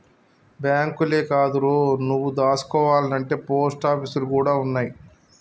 బాంకులే కాదురో, నువ్వు దాసుకోవాల్నంటే పోస్టాపీసులు గూడ ఉన్నయ్